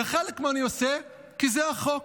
וחלק מהם אני עושה כי זה החוק.